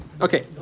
Okay